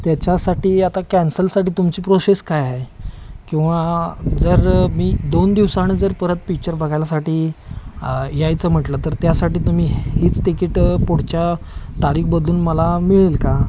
त्याच्यासाठी आता कॅन्सलसाठी तुमची प्रोशेस काय आहे किंवा जर मी दोन दिवसानी जर परत पिच्चर बघायला साठी यायचं म्हटलं तर त्यासाठी तुम्ही हीच तिकीट पुढच्या तारीख बदलून मला मिळेल का